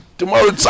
tomorrow